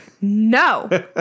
no